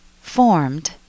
formed